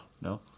No